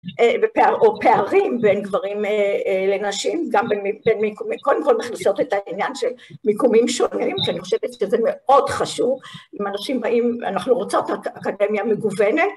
או פערים בין גברים לנשים, גם בין מיקומים, קודם כל מכניסות את העניין של מיקומים שונים ואני חושבת שזה מאוד חשוב עם אנשים באים, אנחנו רוצות אקדמיה מגוונת